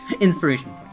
inspiration